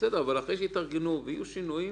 אבל אחרי שהתארגנו ויהיו שינויים,